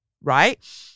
Right